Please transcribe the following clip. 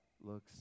looks